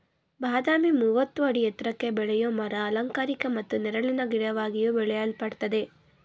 ಬಾದಾಮಿ ಮೂವತ್ತು ಅಡಿ ಎತ್ರಕ್ಕೆ ಬೆಳೆಯೋ ಮರ ಅಲಂಕಾರಿಕ ಮತ್ತು ನೆರಳಿನ ಗಿಡವಾಗಿಯೂ ಬೆಳೆಯಲ್ಪಡ್ತದೆ